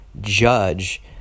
judge